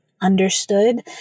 understood